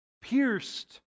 pierced